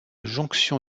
jonction